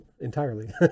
entirely